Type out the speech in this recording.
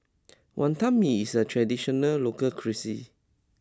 Wantan Mee is a traditional local cuisine